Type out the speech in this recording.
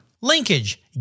Linkage